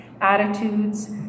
attitudes